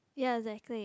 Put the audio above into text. ya exactly